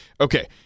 Okay